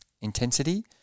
intensity